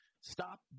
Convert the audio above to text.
stop